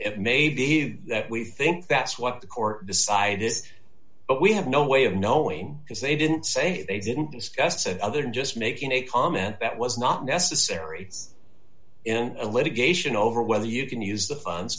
it may be that we think that's what the court decided but we have no way of knowing because they didn't say they didn't discuss said other than just making a comment that was not necessary in a litigation over whether you can use the funds